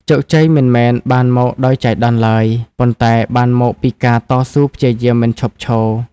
ជោគជ័យមិនមែនបានមកដោយចៃដន្យឡើយ ប៉ុន្តែបានមកពីការតស៊ូព្យាយាមមិនឈប់ឈរ។